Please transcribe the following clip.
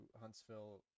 Huntsville